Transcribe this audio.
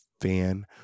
fan